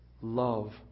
love